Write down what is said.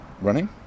running